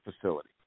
facility